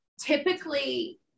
Typically